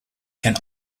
can